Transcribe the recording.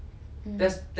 mm